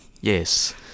Yes